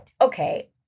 okay